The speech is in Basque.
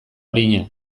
arina